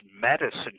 medicine